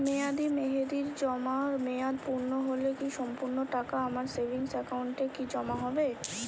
মেয়াদী মেহেদির জমা মেয়াদ পূর্ণ হলে কি সম্পূর্ণ টাকা আমার সেভিংস একাউন্টে কি জমা হবে?